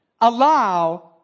allow